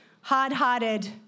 hard-hearted